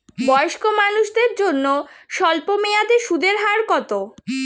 বয়স্ক মানুষদের জন্য স্বল্প মেয়াদে সুদের হার কত?